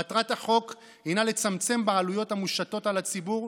מטרת החוק היא לצמצם בעלויות המושתות על הציבור,